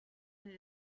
anni